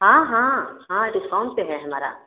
हाँ हाँ हाँ डिस्काउंट है हमारा